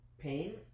pain